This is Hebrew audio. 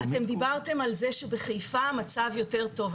אתם דיברתם על זה שבחיפה המצב יותר טוב,